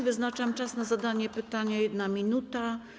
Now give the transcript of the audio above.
Wyznaczam czas na zadanie pytania - 1 minuta.